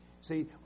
See